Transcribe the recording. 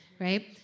right